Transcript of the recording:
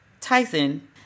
Tyson